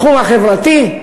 התחום החברתי,